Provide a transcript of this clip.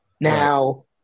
Now